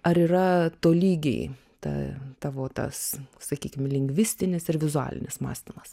ar yra tolygiai ta tavo tas sakykim lingvistinis ir vizualinis mąstymas